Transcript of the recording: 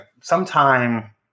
Sometime